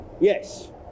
Yes